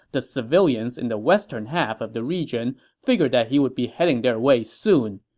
the civilians in the western half of the region figured that he would be heading their way soon,